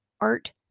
Art